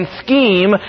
scheme